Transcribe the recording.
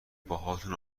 باهاتون